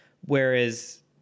whereas